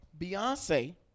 Beyonce